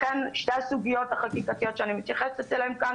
שתי הסוגיות החקיקתיות שאני מתייחסת אליהן כאן,